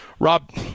Rob